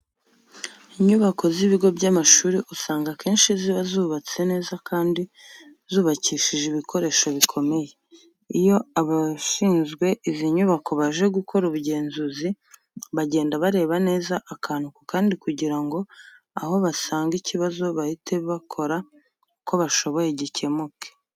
Inyubako z'ibigo by'amashuri usanga akenshi ziba zubatse neza kandi zubakishije ibikoresho bikomeye. Iyo abashinzwe izi nyubako baje gukora ubugenzuzi, bagenda bareba neza akantu ku kandi kugira ngo aho basanga ikibazo bahite bakora uko bashoboye bagikemure.